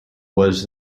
was